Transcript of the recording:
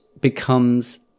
becomes